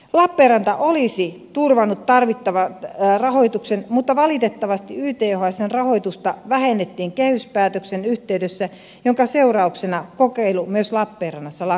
lappeenranta olisi turvannut tarvittavan rahoituksen mutta valitettavasti ythsn rahoitusta vähennettiin kehyspäätöksen yhteydessä minkä seurauksena kokeilu myös lappeenrannassa lakkautettiin